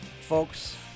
folks